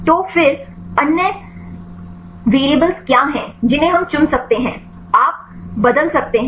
तो फिर अन्य वेरिएबल्स क्या हैं जिन्हें हम चुन सकते हैं आप बदल सकते हैं